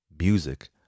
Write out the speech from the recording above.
Music